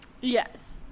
Yes